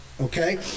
Okay